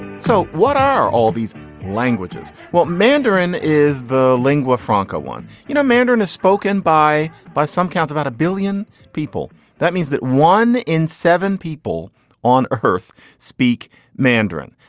so what are all these languages? well, mandarin is the lingua franca one. you know, mandarin is spoken by by some counts about a billion people. that means that one in seven people on earth speak mandarin.